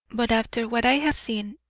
but after what i have seen,